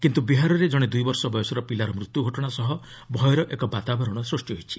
କିନ୍ତୁ ବିହାରରେ କଣେ ଦୁଇବର୍ଷ ବୟସର ପିଲାର ମୃତ୍ୟୁ ଘଟଣା ସହ ଭୟର ଏକ ବାତାବରଣ ସୃଷ୍ଟି ହୋଇଛି